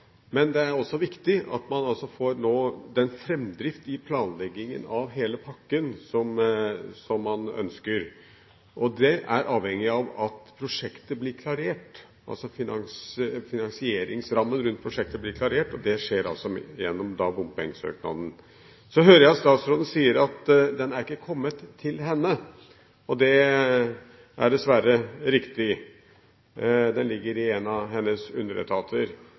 men det er også viktig at man nå får den framdriften i planleggingen av hele pakken som man ønsker. Det er avhengig av at finansieringsrammen rundt prosjektet blir klarert. Det skjer gjennom bompengesøknaden. Så hører jeg at statsråden sier at den ikke har kommet til henne. Det er dessverre riktig. Den ligger hos en av hennes